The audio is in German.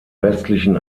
restlichen